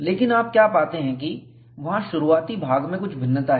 लेकिन आप क्या पाते हैं कि वहां शुरुआती भाग में कुछ भिन्नता है